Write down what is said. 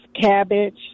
cabbage